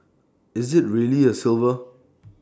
is IT really A silver